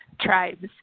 tribes